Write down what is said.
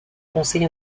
conseil